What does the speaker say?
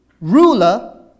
ruler